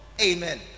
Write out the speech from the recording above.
amen